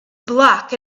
black